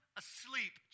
asleep